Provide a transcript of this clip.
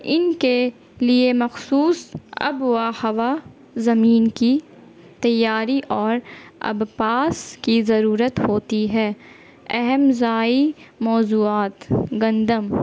ان کے لیے مخصوص آب و ہوا زمین کی تیاری اور اب پاس کی ضرورت ہوتی ہے اہم رائی موضوعات گندم